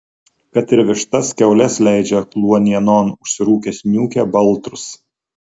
kad ir vištas kiaules leidžia kluonienon užsirūkęs niūkia baltrus